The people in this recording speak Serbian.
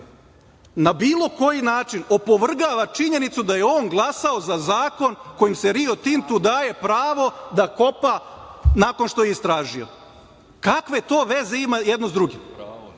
na bilo koji način opovrgava činjenicu da je on glasao za zakon kojim se Riu Tintu daje pravo da kopa nakon što je istražio? Kakve to veze ima jedno s drugim? Dakle,